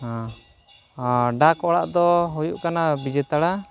ᱦᱮᱸ ᱰᱟᱠ ᱚᱲᱟᱜ ᱫᱚ ᱦᱩᱭᱩᱜ ᱵᱤᱡᱮᱛᱟᱲᱟ